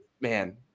man